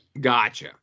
Gotcha